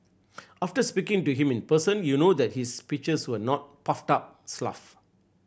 after speaking to him in person you know that his speeches were not puffed up